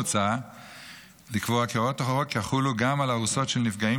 מוצע לקבוע כי הוראות החוק יחולו גם על ארוסות של נפגעים